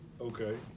Okay